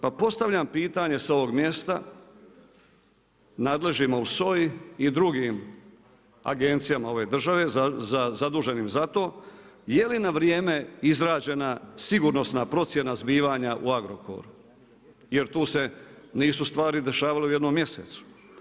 Pa postavljam pitanje s ovog mjesta nadležnima u SOA-i i drugim agencijama ove države zaduženim za to, jeli na vrijeme izrađena sigurnosna procjena zbivanja u Agrokoru jer su se nisu stvari dešavale u jednom mjesecu?